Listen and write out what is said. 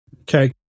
Okay